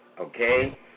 okay